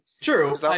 true